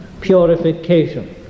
purification